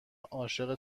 عاشق